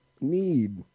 need